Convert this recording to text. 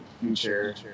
Future